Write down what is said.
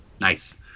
Nice